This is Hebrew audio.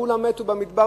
כולם מתו במדבר,